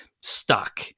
stuck